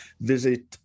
visit